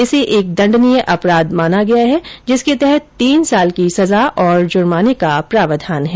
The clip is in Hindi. इसे एक दण्डनीय अपराध माना गया है जिसके तहत तीन साल की सजा और जुर्माने का प्रावधान है